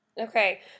Okay